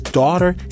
daughter